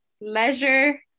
leisure